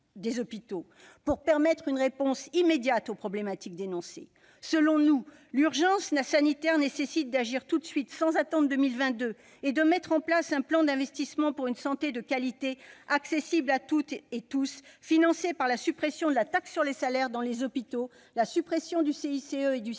pour apporter une réponse immédiate aux problématiques dénoncées. Selon nous, l'urgence sanitaire nécessite d'agir tout de suite, sans attendre 2022, et de mettre en place un plan d'investissement pour une santé de qualité, accessible à toutes et à tous, financé par la suppression de la taxe sur les salaires dans les hôpitaux, par la suppression du CICE, du CIR